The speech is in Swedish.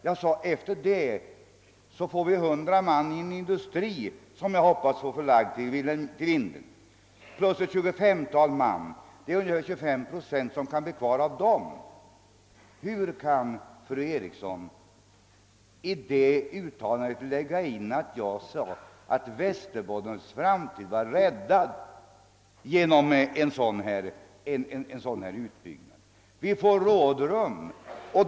Jag sade vidare att vi sedan skulle få 100 man i en industri, som jag hoppas få förlagd till Vindeln, plus ett tjugofemtal man. Ungefär 25 procent kan bli kvar av den totala arbetsstyrkan. Hur kan fru Eriksson i detta uttalande lägga in att jag hävdade att Västerbottens framtid var räddad genom en utbyggnad? Men vi får rådrum.